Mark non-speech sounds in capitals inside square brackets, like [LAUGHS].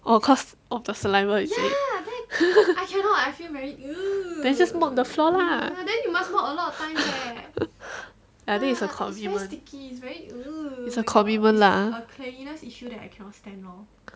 oh cause of the saliva is it [LAUGHS] then just mop the floor lah [LAUGHS] ya I think it's a commitment it's a commitment lah